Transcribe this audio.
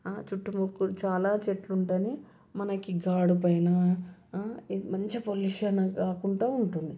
చుట్టు ముట్టు చాలా చెట్లు ఉంటేనే మనకి గోడ పైన మంచిగా పొల్యూషన్ రాకుండా ఉంటుంది